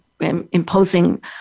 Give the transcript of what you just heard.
imposing